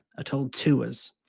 ah told to us.